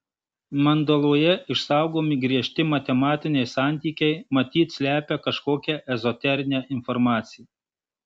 mandaloje išsaugomi griežti matematiniai santykiai matyt slepia kažkokią ezoterinę informaciją